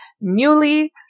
newly